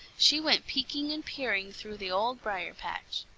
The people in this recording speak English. she went peeking and peering through the old briar-patch.